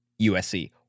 USC